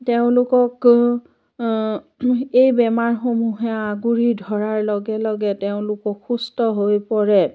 তেওঁলোকক এই বেমাৰসমূহে আগুৰি ধৰাৰ লগে লগে তেওঁলোক অসুস্থ হৈ পৰে